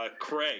Craig